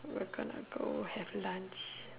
we are gonna go have lunch